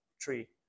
tree